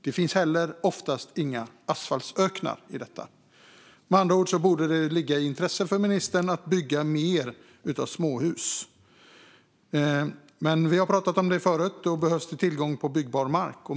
Det finns heller oftast inga asfaltsöknar i dessa områden. Med andra ord borde det ligga i ministerns intresse att det byggs fler småhus. Vi har talat om detta förut och att det då behövs tillgång på byggbar mark.